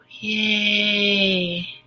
yay